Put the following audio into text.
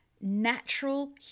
natural